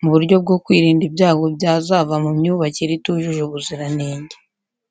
mu buryo bwo kwirinda ibyago byazava ku myubakire itujuje ubuziranenge.